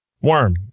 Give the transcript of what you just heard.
Worm